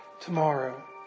tomorrow